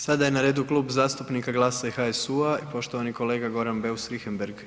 Sada je na redu Klub zastupnika GLAS-a i HSU-u, poštovani kolega Goran Beus Richembergh.